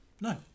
No